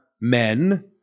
men